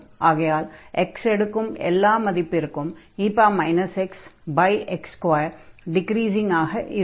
ஆகையால் x எடுக்கும் எல்லா மதிப்பிற்கும் e xx2 டிக்ரீஸிங்காக இருக்கும்